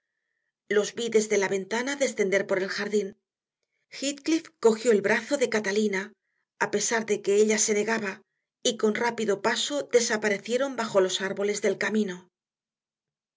los vi desde la ventana descender por el jardín heathcliff cogió el brazo de catalina a pesar de que ella se negaba y con rápido paso desaparecieron bajo los árboles del camino